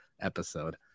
episode